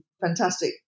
fantastic